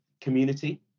community